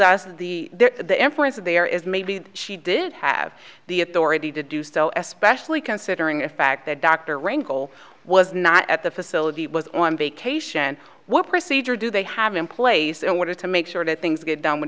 us the inference that there is maybe she did have the authority to do so especially considering the fact that dr wrangle was not at the facility was on vacation what procedure do they have in place in order to make sure that things get done w